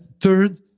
third